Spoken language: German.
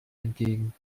entgegen